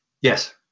Yes